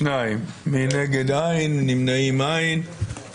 הצבעה בעד, 2 נגד, אין נמנעים, אין אושר.